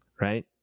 right